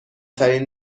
ترین